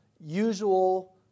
usual